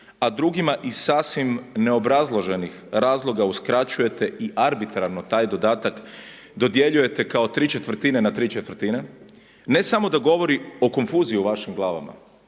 a drugima iz sasvim neobrazloženih razloga uskraćujete i arbitrarno taj dodatak dodjeljujete kao tri četvrtine na tri četvrtine, ne samo da govori o konfuzijama u vašim glavama